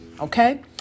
Okay